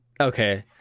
Okay